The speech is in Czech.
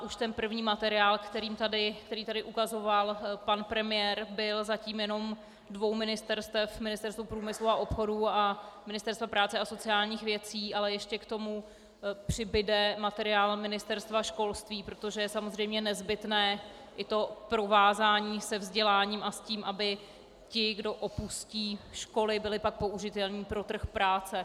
Už ten první materiál, který tady ukazoval pan premiér, byl zatím jenom z dvou ministerstev, Ministerstva průmyslu a obchodu a Ministerstva práce a sociálních věcí, ale ještě k tomu přibude materiál Ministerstva školství, protože je samozřejmě nezbytné i to provázání se vzděláním a s tím, aby ti, kdo opustí školy, byli pak použitelní pro trh práce.